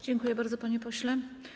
Dziękuję bardzo, panie pośle.